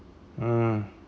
hmm